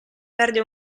perde